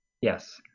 Yes